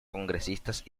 congresistas